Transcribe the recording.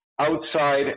outside